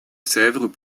sèvres